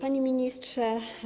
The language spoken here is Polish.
Panie Ministrze!